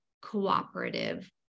cooperative